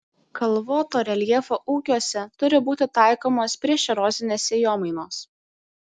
kalvoto reljefo ūkiuose turi būti taikomos priešerozinės sėjomainos